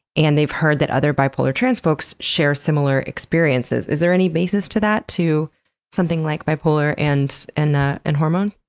and they've heard that other bipolar trans folks share similar experiences. is there any basis to that, to something like bipolar and and ah and hormone?